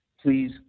Please